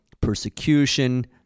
persecution